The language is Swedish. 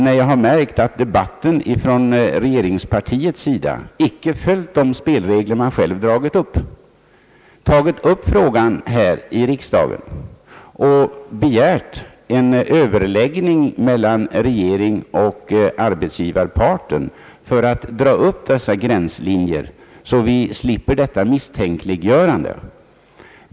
När jag har märkt att debatten ifrån regeringspartiets sida icke följt de spelregler man själv dragit upp, har jag tagit upp frågan här i riksdagen och föreslagit överläggningar mellan regeringen och arbetsgivarparten för att ånyo fastlägga dessa gränslinjer så att vi slipper detta misstänkliggörande.